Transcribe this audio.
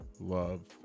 love